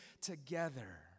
together